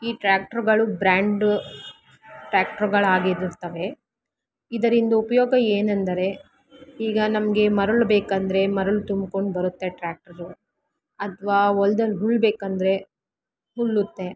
ಈ ಟ್ರ್ಯಾಕ್ಟ್ರಗಳು ಬ್ರ್ಯಾಂಡು ಟ್ಯಾಕ್ಟ್ರುಗಳಾಗಿರುತ್ತವೆ ಇದರಿಂದ ಉಪಯೋಗ ಏನೆಂದರೆ ಈಗ ನಮಗೆ ಮರಳು ಬೇಕಂದರೆ ಮರಳು ತುಂಬ್ಕೊಂಡು ಬರುತ್ತೆ ಟ್ರ್ಯಾಕ್ಟ್ರರು ಅಥ್ವಾ ಹೊಲ್ದಲ್ ಉಳ್ಬೇಕಂದ್ರೆ ಉಳ್ಳುತ್ತೆ